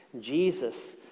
Jesus